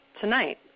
tonight